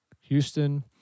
Houston